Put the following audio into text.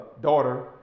daughter